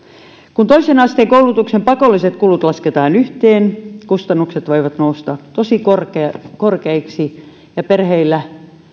kun toisen asteen koulutuksen pakolliset kulut lasketaan yhteen kustannukset voivat nousta tosi korkeiksi korkeiksi ja